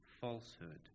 falsehood